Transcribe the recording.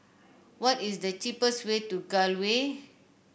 what is the cheapest way to Gul Way